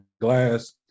glass